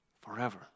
forever